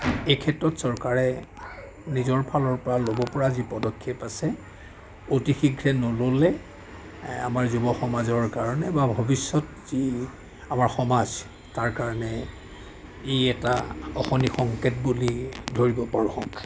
এই ক্ষেত্ৰত চৰকাৰে নিজৰ ফালৰ পৰা ল'ব পৰা যি পদক্ষেপ আছে অতি শীঘ্ৰে নল'লে আমাৰ যুৱসমাজৰ কাৰণে বা ভৱিষ্যত যি আমাৰ সমাজ তাৰ কাৰণে ই এটা অশনি সংকেত বুলি ধৰিব পাৰোঁহক